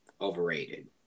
overrated